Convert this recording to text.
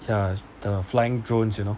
ya the flying drones you know